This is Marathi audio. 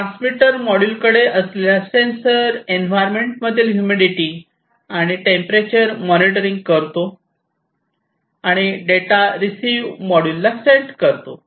ट्रान्समीटर मॉड्यूल कडे असलेला सेंसर एन्व्हायरमेंट मधील हुमिडिटी आणि टेंपरेचर मॉनिटरिंग करतो आणि डेटा रिसिवर मॉड्यूल ला सेंड करतो